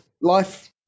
Life